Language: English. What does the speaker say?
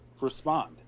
respond